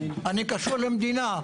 אני קשור למדינה.